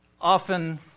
often